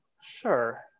sure